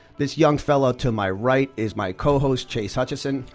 this young fellow to my right is my co-host chase hutchison.